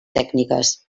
tècniques